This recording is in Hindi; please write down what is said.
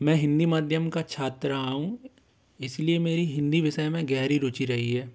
मैं हिन्दी माध्यम का छात्र रहा हूँ इसलिए मेरी हिन्दी विषय में गहरी रुचि रही है